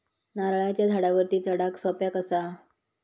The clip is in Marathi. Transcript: नारळाच्या झाडावरती चडाक सोप्या कसा?